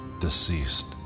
deceased